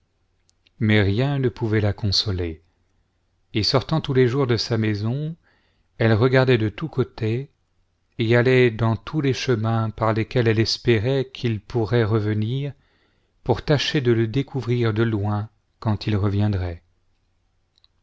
mais rien ne pouvait la consoler et sortant tous les jours de sa maison elle regardait de tous côtés et allait dans tous les chemins par lesquels elle espérait qu'il pourrait revenir pour tâcher de le découvrir de loin quand il reviendrait